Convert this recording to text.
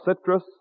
citrus